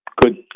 Good